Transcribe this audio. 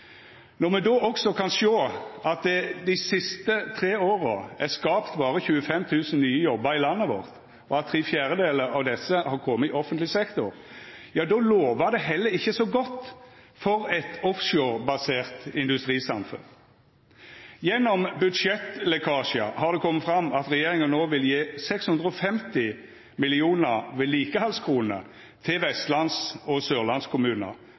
Når me også kan sjå at det dei siste tre åra er skapt berre 25 000 nye jobbar i landet vårt, og at tre fjerdedelar av desse har kome i offentleg sektor, ja då lovar det heller ikkje så godt for eit offshorebasert industrisamfunn. Gjennom budsjettlekkasjar har det kome fram at regjeringa no vil gje 650 millionar vedlikehaldskroner til vestlands- og sørlandskommunar